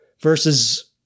versus –